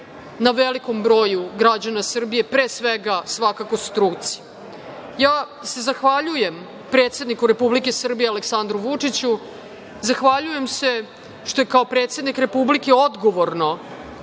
na velikom broju građana Srbije, pre svega, svakako, struke. Zahvaljujem se predsedniku Republike Srbije Aleksandru Vučiću, zahvaljujem se što je kao predsednik Republike odgovorno,